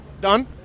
done